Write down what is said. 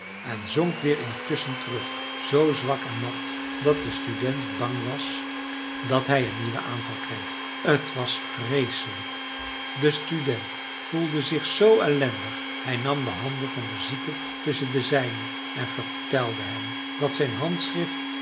en zonk weer in t kussen terug zoo zwak en mat dat de student bang was dat hij een nieuwen aanval kreeg t was vreeselijk de student voelde zich zoo ellendig hij nam de handen van den zieke tusschen de zijne en vertelde hem dat zijn handschrift